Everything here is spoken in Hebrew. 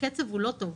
הוא לא טוב.